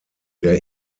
der